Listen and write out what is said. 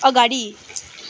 अगाडि